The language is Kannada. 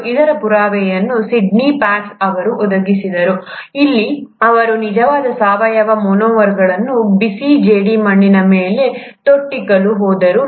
ಮತ್ತು ಇದರ ಪುರಾವೆಯನ್ನು ಸಿಡ್ನಿ ಫಾಕ್ಸ್ ಅವರು ಒದಗಿಸಿದರು ಅಲ್ಲಿ ಅವರು ನಿಜವಾದ ಸಾವಯವ ಮೊನೊಮರ್ಗಳನ್ನು ಬಿಸಿ ಜೇಡಿಮಣ್ಣಿನ ಮೇಲೆ ತೊಟ್ಟಿಕ್ಕಲು ಹೋದರು